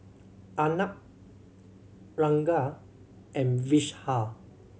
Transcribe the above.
Arnab Ranga and Vishal